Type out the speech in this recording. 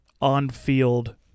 on-field